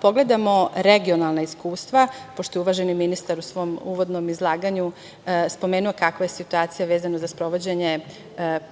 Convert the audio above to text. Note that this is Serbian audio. pogledamo regionalna iskustva, pošto je uvaženi ministar u svom uvodnom izlaganju spomenuo kakva je situacija vezano za sprovođenja